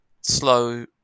slow